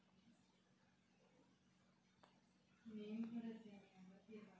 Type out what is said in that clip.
ఒకవేళ నేను సరి అయినా టైం కి లోన్ మరియు వడ్డీ చెల్లించకపోతే నోటీసు ఏమైనా వస్తుందా?